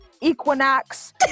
Equinox